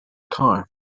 car